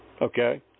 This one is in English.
Okay